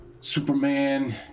Superman